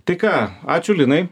tai ką ačiū linai